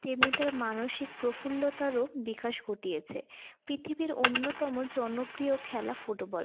তেমনি তার মানসিক প্রফুল্লতারও বিকাশ ঘটিয়েছে পৃথিবীর অন্যতম জনপ্রিয় খেলা ফুটবল